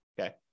Okay